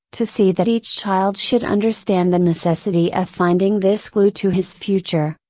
to see that each child should understand the necessity of finding this clue to his future,